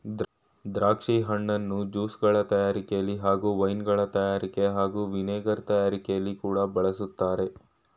ದ್ರಾಕ್ಷಿ ಹಣ್ಣನ್ನು ಜ್ಯೂಸ್ಗಳ ತಯಾರಿಕೆಲಿ ಹಾಗೂ ವೈನ್ಗಳ ತಯಾರಿಕೆ ಹಾಗೂ ವಿನೆಗರ್ ತಯಾರಿಕೆಲಿ ಕೂಡ ಬಳಸ್ತಾರೆ